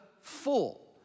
full